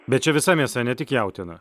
bet čia visa mėsa ne tik jautiena